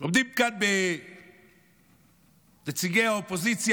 עומדים כאן נציגי האופוזיציה.